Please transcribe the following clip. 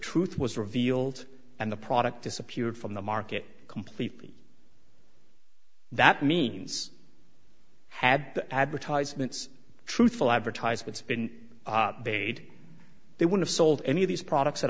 truth was revealed and the product disappeared from the market completely that means had the advertisements truthful advertisements been made they would have sold any of these products at